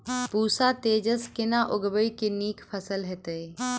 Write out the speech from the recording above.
पूसा तेजस केना उगैबे की नीक फसल हेतइ?